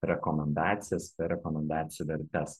rekomendacijas per rekomendacijų vertes